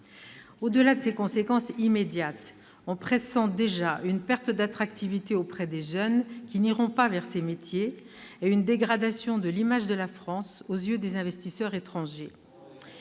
Au-delà de ces conséquences immédiates, on pressent déjà une perte d'attractivité auprès des jeunes, qui n'iront pas vers ces métiers, et une dégradation de l'image de la France aux yeux des investisseurs étrangers.